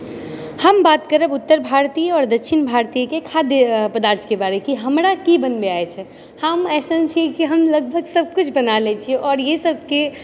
हम बात करब उत्तर भारतीय आओर दक्षिण भारतीयके खाद्य पदार्थके बारेमे कि हमरा की बनबैके अछि हम एसन छी कि हम लगभग सबकिछु बना लै छियै आओर इसबके